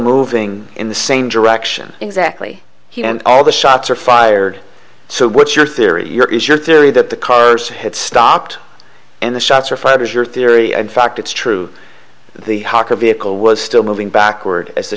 moving in the same direction exactly he and all the shots are fired so what's your theory your is your theory that the cars had stopped in the shots were fired is your theory in fact it's true the haka vehicle was still moving backward as the